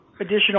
additional